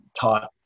taught